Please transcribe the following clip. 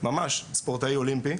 ממש ספורטאי אולימפי,